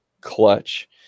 clutch